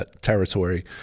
territory